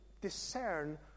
discern